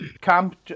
Camp